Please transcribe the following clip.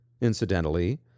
Incidentally